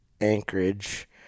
Anchorage